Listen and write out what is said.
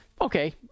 Okay